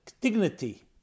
dignity